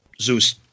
Zeus